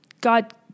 God